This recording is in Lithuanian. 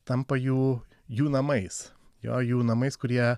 tampa jų jų namais jo jų namais kur jie